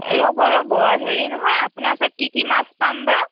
ৰ'ব ৰ'ব হেৰি নহয় আপোনাৰ ওচৰত কি কি মাছ পাম বা